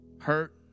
hurt